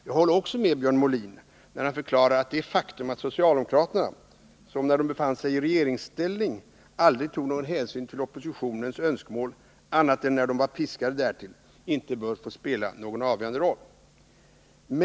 Jag håller också med Björn Molin, när han förklarar att det faktum att socialdemokraterna, som när de befann sig i regeringsställning aldrig tog någon hänsyn till oppositionens önskemål annat än när de var piskade därtill, inte bör få spela någon avgörande roll.